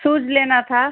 सूज लेना था